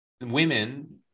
women